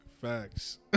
Facts